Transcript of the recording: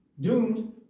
Doomed